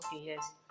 yes